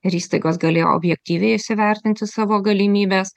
ir įstaigos galėjo objektyviai įsivertinti savo galimybes